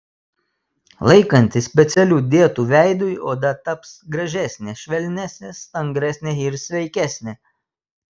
laikantis specialių dietų veidui oda taps gražesnė švelnesnė stangresnė ir sveikesnė